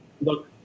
look